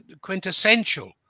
quintessential